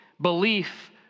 belief